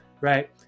Right